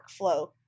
workflow